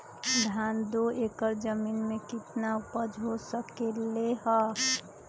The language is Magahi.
धान दो एकर जमीन में कितना उपज हो सकलेय ह?